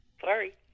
Sorry